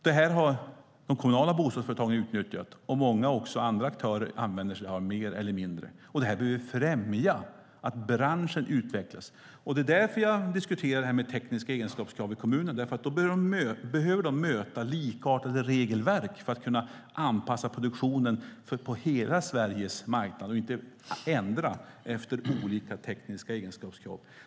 Det här har de kommunala bostadsföretagen utnyttjat. Även många andra aktörer använder sig av det mer eller mindre. Vi behöver främja att branschen utvecklas. Det är därför jag diskuterar tekniska egenskapskrav med kommuner. De behöver nämligen möta likartade regelverk för att kunna anpassa produktionen på hela Sveriges marknad och inte ändra efter olika tekniska egenskapskrav.